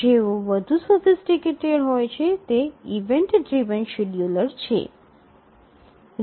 જેઓ વધુ સોફિસટીકટેડ હોય છે તે ઇવેન્ટ ડ્રિવન શેડ્યુલર છે